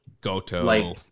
Goto